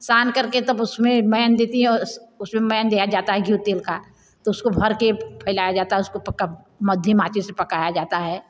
सान कर के तब उसमे मैन देती उसमे मैन दिया जाता है घीयु तेल का तो उसको भर के फैलाया जाता है उसको माध्यम आँच पे पकाया जाता हैं